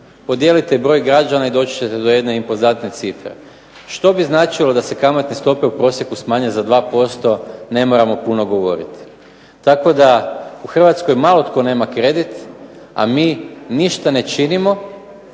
podijelite broj građana i doći ćete do jedne impozantne cifre. Što bi značilo da se kamatne stope u prosjeku smanje za 2% ne moramo puno govoriti. Tako da u Hrvatskoj malo tko nema kredit, a mi ništa ne činimo